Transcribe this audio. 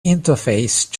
interface